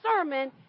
sermon